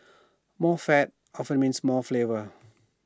more fat often means more flavour